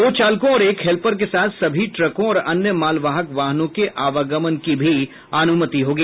दो चालकों और एक हेल्पर के साथ सभी ट्रकों और अन्य मालवाहक वाहनों के आवागमन की भी अनुमति होगी